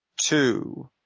two